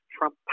Trump